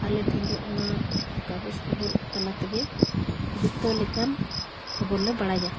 ᱟᱞᱮ ᱴᱷᱮᱱ ᱫᱚ ᱚᱱᱟ ᱠᱟᱜᱚᱡᱽ ᱠᱷᱚᱵᱚᱨ ᱛᱟᱞᱟ ᱛᱮᱜᱮ ᱡᱚᱛᱚ ᱞᱮᱠᱟᱱ ᱠᱷᱚᱵᱚᱨ ᱞᱮ ᱵᱟᱲᱟᱭᱟ